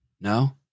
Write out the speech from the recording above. No